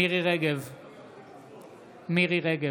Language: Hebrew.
מירי מרים רגב,